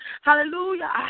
Hallelujah